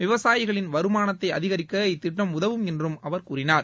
விவசாயிகளின் வருமானத்தை அதிகரிக்க இத்திட்டம் உதவும் என்று அவர் தெரிவித்தார்